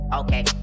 okay